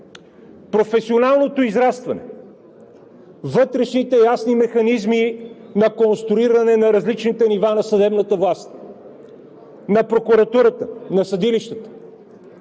професионалното израстване, са вътрешните ясни механизми на конструиране на различните нива на съдебната власт, на прокуратурата, на съдилищата.